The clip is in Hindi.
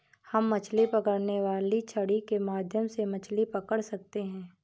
हम मछली पकड़ने वाली छड़ी के माध्यम से मछली पकड़ सकते हैं